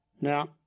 Now